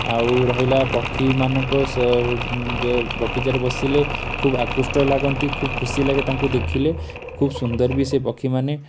ଆଉ ରହିଲା ପକ୍ଷୀମାନଙ୍କ ବଗିଚାରେ ବସିଲେ ଖୁବ୍ ଆକୃଷ୍ଟ ଲାଗନ୍ତି ଖୁବ୍ ଖୁସିଲାଗେ ତାଙ୍କୁ ଦେଖିଲେ ଖୁବ୍ ସୁନ୍ଦର ବି ସେ ପକ୍ଷୀମାନେ ଆଉ